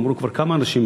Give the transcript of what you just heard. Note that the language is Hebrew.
אמרו כבר כמה אנשים,